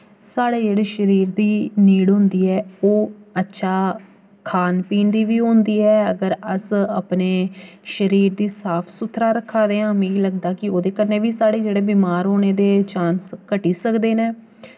साढ़े जेह्ड़े शरीर दी नीड होंदी ऐ ओह् अच्छा खान पीन दी बी होंदी ऐ अगर अस अपने शरीर गी साफ सुथरा रक्खा दे आं मिगी लगदा कि ओह्दे कन्नै बी साढ़े जेह्ड़े बीमार होने दे चांस घटी सकदे न